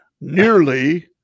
nearly